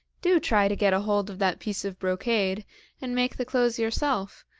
do try to get hold of that piece of brocade and make the clothes yourself,